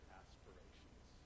aspirations